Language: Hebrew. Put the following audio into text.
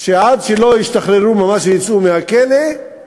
שעד שלא ישתחררו ממש ויצאו מהכלא זה